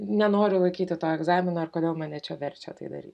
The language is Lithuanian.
nenoriu laikyti to egzamino ir kodėl mane čia verčia tai daryti